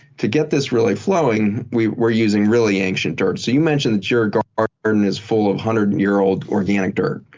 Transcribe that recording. to get this really flowing, we're we're using really ancient dirt. you mentioned that your ah garden is full of one hundred year old organic dirt.